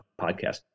podcast